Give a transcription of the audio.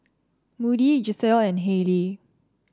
Moody Gisselle and Haylie